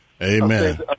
Amen